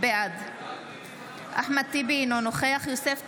בעד אחמד טיבי, אינו נוכח יוסף טייב,